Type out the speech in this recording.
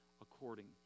according